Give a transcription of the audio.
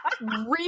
real